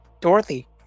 Dorothy